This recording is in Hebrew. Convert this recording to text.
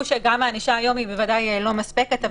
שגם הענישה היום היא בוודאי לא מספקת,